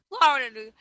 Florida